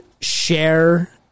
share